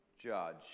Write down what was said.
judge